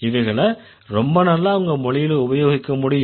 இவைகளை ரொம்ப நல்லா உங்க மொழியில உபயோகிக்க முடியும்